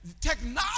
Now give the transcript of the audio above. technology